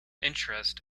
interest